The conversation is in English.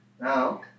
Now